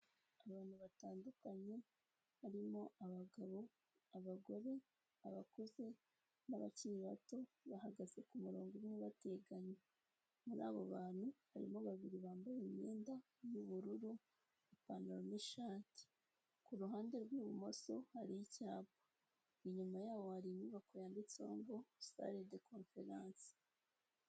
Abantu batandukanye harimo: abagabo, abagore, abakuze, n'abakiri bato bahagaze ku murongo umwe bateganye, muri abo bantu barimo babiri bambaye imyenda y'ubururu ipantaro n'ishati ku ruhande rw'ibumoso hari icyapa inyuma yaho hari inyubako yanditseho ngo sale de conference.